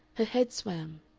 her head swam.